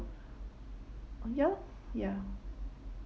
oh ya lor ya